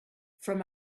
from